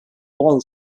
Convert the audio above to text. wall